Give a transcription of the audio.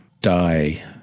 die